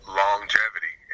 longevity